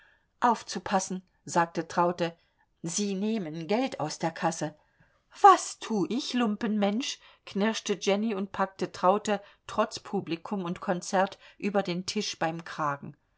aufzupassen sagte traute sie nehmen geld aus der kasse was tu ich lumpenmensch knirschte jenny und packte traute trotz publikum und konzert über den tisch beim kragen